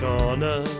Corner